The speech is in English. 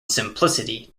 simplicity